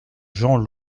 jean